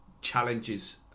challenges